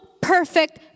perfect